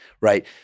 right